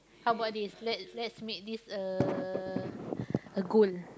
how about this let's let's make this a a goal